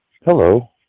Hello